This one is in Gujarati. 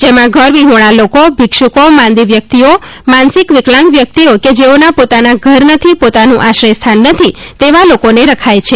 જેમાં ઘરવિહોણા લોકો ભિક્ષુકો માંદી વ્યક્તિઓ માનસિક વિકલાંગ વ્યક્તિઓ કે જેઓના પોતાના ઘર નથી પોતાનું આશ્રયસ્થાન નથી તેવા લોકોને રખાય છે